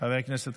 חבר הכנסת